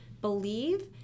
believe